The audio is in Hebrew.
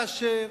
חשבון: